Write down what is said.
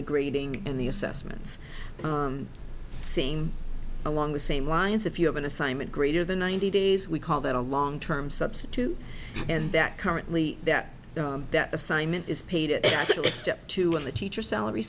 the grading and the assessments same along the same lines if you have an assignment greater than ninety days we call that a long term substitute and that currently that that assignment is paid to the teacher salary